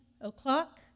o'clock